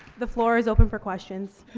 the floor is open for questions.